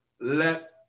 let